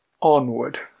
onward